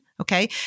Okay